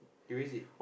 you is it